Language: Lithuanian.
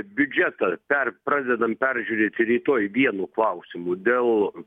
biudžetą per pradedant peržiūrėti rytoj vienu klausimu dėl